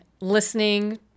listening